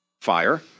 fire